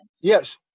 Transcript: Yes